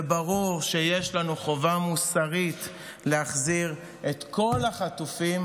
זה ברור שיש לנו חובה מוסרית להחזיר את כל החטופים,